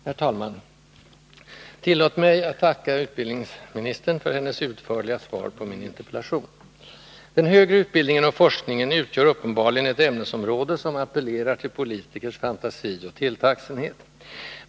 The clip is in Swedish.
Herr talman! Tillåt mig att tacka utbildningsministern för hennes utförliga svar på min interpellation. Den högre utbildningen och forskningen utgör uppenbarligen ett ämnesområde som appellerar till politikers fantasi och tilltagsenhet.